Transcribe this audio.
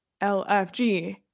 LFG